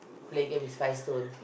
play game is five stones